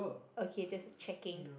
okay just checking